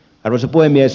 arvoisa puhemies